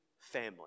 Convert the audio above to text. family